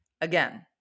Again